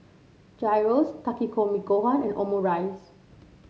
Gyros Takikomi Gohan and Omurice